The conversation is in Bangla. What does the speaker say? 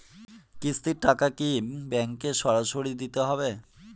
কিস্তির টাকা কি ব্যাঙ্কে সরাসরি দিতে হবে?